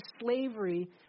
slavery